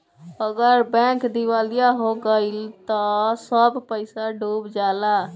अगर बैंक दिवालिया हो गइल त सब पईसा डूब जाला